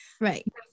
Right